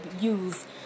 use